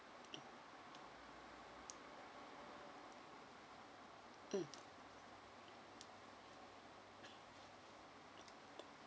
mm mm